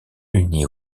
uni